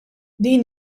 din